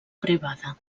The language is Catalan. privada